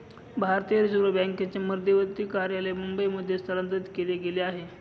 भारतीय रिझर्व बँकेचे मध्यवर्ती कार्यालय मुंबई मध्ये स्थलांतरित केला गेल आहे